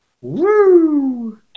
Woo